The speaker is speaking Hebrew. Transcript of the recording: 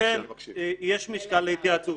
לכן יש משקל להתייעצות,